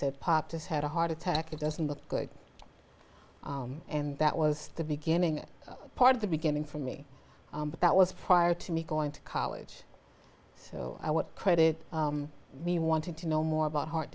said pop has had a heart attack it doesn't look good and that was the beginning part of the beginning for me but that was prior to me going to college so i would credit me wanted to know more about heart